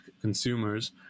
consumers